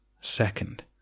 second